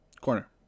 Corner